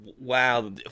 wow